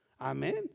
Amen